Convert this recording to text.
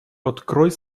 открой